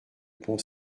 bon